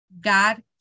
God